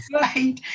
right